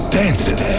dancing